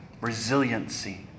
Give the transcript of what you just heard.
resiliency